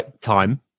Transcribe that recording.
time